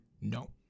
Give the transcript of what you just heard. No